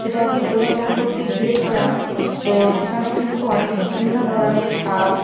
সেটাকে পরিষ্কার করতে গিয়েছিলাম তো সেখানে কিন্তু অনেকের বিভিন্ন ধরনের সাপ